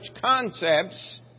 concepts